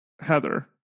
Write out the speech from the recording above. Heather